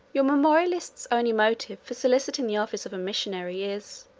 your memorialist's only motive for soliciting the office of a missionary is,